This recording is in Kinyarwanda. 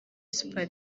super